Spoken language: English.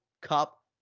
Cup